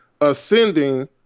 ascending